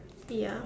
ya